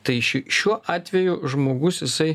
tai ši šiuo atveju žmogus jisai